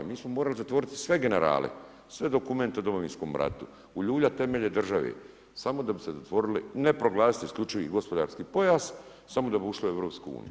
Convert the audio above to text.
Mi smo morali zatvoriti sve generale, sve dokumente o Domovinskom ratu, uljuljati temelje državi samo da bi se zatvorili, ne proglasili isključivi gospodarski pojas samo da bi ušli u EU.